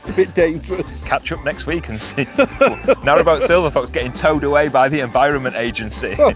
bit dangerous. catch up next week and see narrowboat silver fox getting towed away by the environment agency.